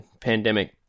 pandemic